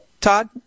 Todd